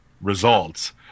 results